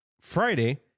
Friday